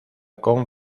con